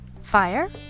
Fire